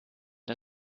der